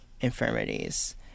infirmities